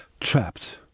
trapped